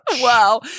Wow